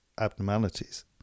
abnormalities